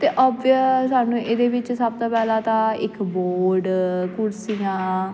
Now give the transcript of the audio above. ਅਤੇ ਓਬਿਆ ਸਾਨੂੰ ਇਹਦੇ ਵਿੱਚ ਸਭ ਤੋਂ ਪਹਿਲਾਂ ਤਾਂ ਇੱਕ ਬੋਰਡ ਕੁਰਸੀਆਂ